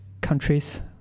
countries